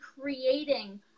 creating